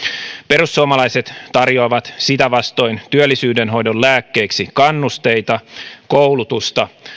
perussuomalaiset tarjoavat sitä vastoin työllisyydenhoidon lääkkeeksi kannusteita koulutusta